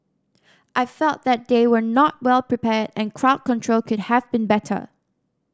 I felt that they were not well prepared and crowd control could have been better